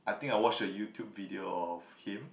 I think I watched a YouTube video of him